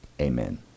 amen